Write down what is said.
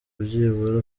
byibura